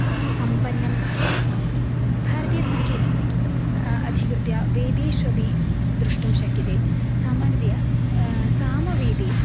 सुसम्पन्नं भवति भारतीयसङ्गीतम् अधिकृत्य वेदेष्वपि द्रष्टुं शक्यते सामान्यतया सामवेदे